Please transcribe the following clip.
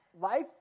Life